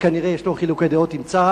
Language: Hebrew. שכנראה יש לו חילוקי דעות עם צה"ל.